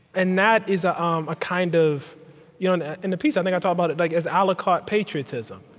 and that is ah um a kind of yeah and in the piece, i think i talk about it like as a ah la carte patriotism.